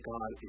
God